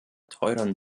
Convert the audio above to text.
teuren